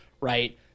right